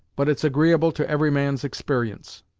but it's agreeable to every man's exper'ence.